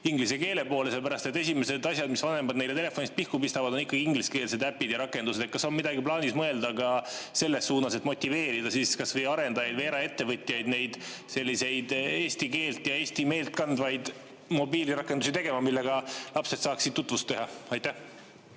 inglise keele poole, sellepärast et esimesed asjad, mille vanemad neile koos telefoniga pihku pistavad, on ikka ingliskeelsed äpid ja rakendused. Kas on midagi plaanis mõelda ka selles suunas, et motiveerida kas või arendajaid või eraettevõtjaid selliseid eesti keelt ja eesti meelt kandvaid mobiilirakendusi looma, millega lapsed saaksid tutvust teha? Aitäh,